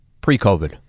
pre-COVID